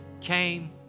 came